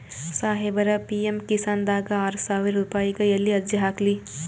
ಸಾಹೇಬರ, ಪಿ.ಎಮ್ ಕಿಸಾನ್ ದಾಗ ಆರಸಾವಿರ ರುಪಾಯಿಗ ಎಲ್ಲಿ ಅರ್ಜಿ ಹಾಕ್ಲಿ?